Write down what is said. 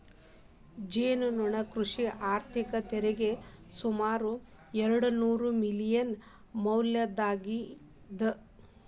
ಜೇನುನೊಣಗಳು ಕೃಷಿ ಆರ್ಥಿಕತೆಗೆ ಸುಮಾರು ಎರ್ಡುನೂರು ಮಿಲಿಯನ್ ಮೌಲ್ಯದ್ದಾಗಿ ಅದ